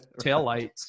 taillights